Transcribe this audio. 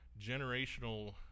generational